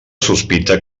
sospita